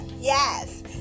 Yes